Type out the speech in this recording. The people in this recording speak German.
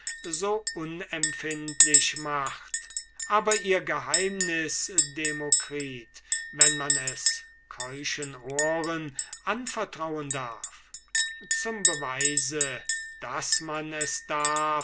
so unempfindlich macht aber ihr geheimnis demokritus wenn man es keuschen ohren anvertrauen darf zum beweise daß man es darf